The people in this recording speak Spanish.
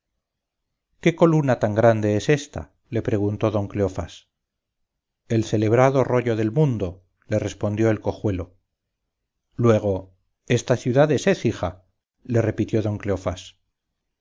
qué coluna tan grande es ésta le preguntó don cleofás el celebrado rollo del mundo le respondió el cojuelo luego esta ciudad es écija le repitió don cleofás